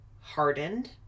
hardened